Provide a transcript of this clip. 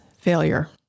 failure